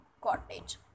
cottage